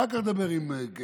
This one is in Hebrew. אחר כך דבר עם קטי,